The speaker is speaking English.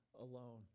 alone